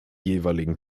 jeweiligen